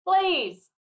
please